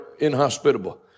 inhospitable